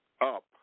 up